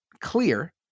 clear